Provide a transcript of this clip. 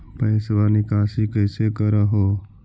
पैसवा निकासी कैसे कर हो?